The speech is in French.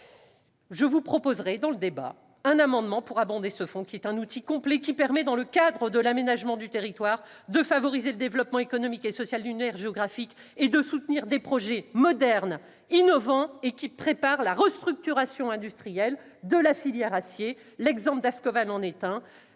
je vous proposerai d'adopter un amendement visant à abonder ce fonds, qui est un outil complet, permettant, dans le cadre de l'aménagement du territoire, de favoriser le développement économique et social d'une aire géographique et de soutenir des projets modernes, innovants et préparant la restructuration industrielle de la filière de l'acier. Ascoval en est